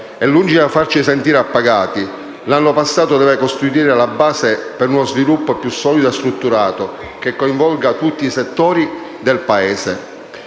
Lungi dal farci sentire appagati, l'anno passato deve costituire la base per uno sviluppo più solido e strutturato, che coinvolga tutti i settori del Paese.